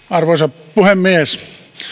arvoisa puhemies